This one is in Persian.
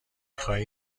خواهی